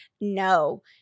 No